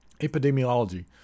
Epidemiology